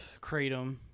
kratom